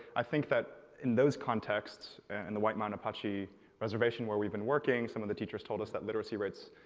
i think that in those contexts and the white mountain apache reservation where we've been working, some of the teachers told us that literacy rates,